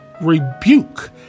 rebuke